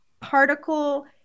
particle